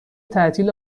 تعطیل